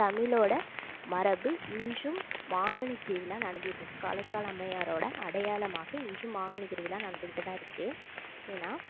தமிழோடய மரபு இன்றும் மாங்கனி திருவிழா நடத்தியிட்டிருக்கு காரைக்கால் அம்மையாரோடய அடையாளமாக இன்றும் மாங்கனி திருவிழா நடந்துகிட்டுதான் இருக்குது ஏனா